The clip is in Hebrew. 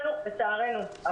לצערנו לא נענו,